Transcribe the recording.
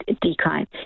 decline